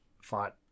fight